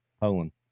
Poland